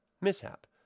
Mishap